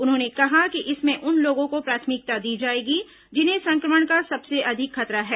उन्होंने कहा कि इसमें उन लोगों को प्राथमिकता दी जाएगी जिन्हें सं क्र मण का सबसे अधिक खतरा है